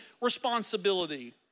responsibility